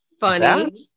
funny